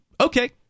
Okay